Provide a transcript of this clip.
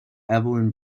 evelyn